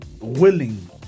willing